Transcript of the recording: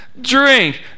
drink